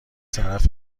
طرف